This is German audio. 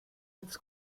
als